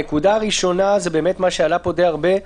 הנקודה הראשונה זה באמת מה שעלה פה די הרבה,